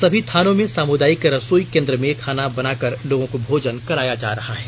सभी थानों में सामुदायिक रसोई केंद्र में खाना बनाकर लोगों को भोजन कराया जा रहा है